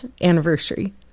anniversary